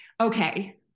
okay